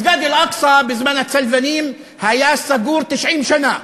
מסגד אל-אקצא בזמן הצלבנים היה סגור 90 שנה.